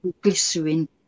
glycerin